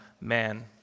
man